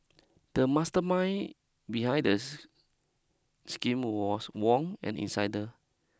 the mastermind behind the scheme was Wong an insider